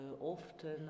often